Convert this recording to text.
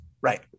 right